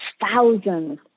thousands